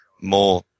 more